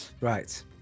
Right